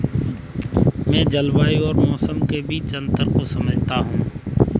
मैं जलवायु और मौसम के बीच अंतर को समझता हूं